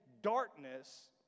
darkness